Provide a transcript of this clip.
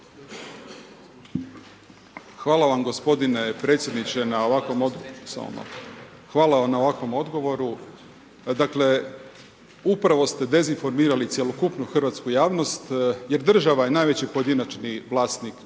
Hvala vam na ovakvom odgovoru. Dakle, upravo ste dezinformirali cjelokupnu hrvatsku javnost jer država je najveći pojedinačni vlasnik